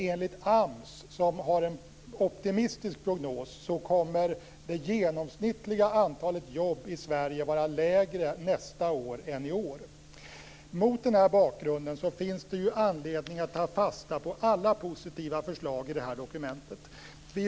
Enligt AMS, som har en optimistisk prognos, kommer det genomsnittliga antalet jobb i Sverige att vara lägre nästa år än i år. Mot denna bakgrund finns det anledning att ta fasta på alla positiva förslag i dokumentet.